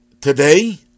today